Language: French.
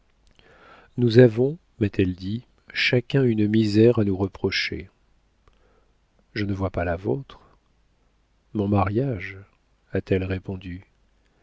nous avons m'a-t-elle dit chacun une misère à nous reprocher je ne vois pas la vôtre mon mariage a-t-elle répondu